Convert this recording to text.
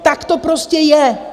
Tak to prostě je!